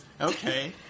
Okay